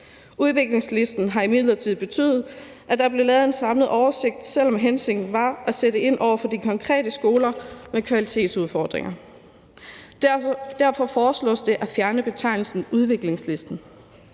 Udviklingslisten har imidlertid betydet, at der blev lavet en samlet oversigt, selv om hensigten var at sætte ind over for de konkrete skoler med kvalitetsudfordringer. Derfor foreslås det at fjerne betegnelsen udviklingslisten.